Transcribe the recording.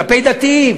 כלפי דתיים,